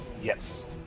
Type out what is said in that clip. Yes